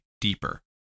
deeper